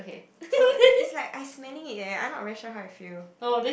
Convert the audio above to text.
oh it is like I smelling it I I not really sure how it feel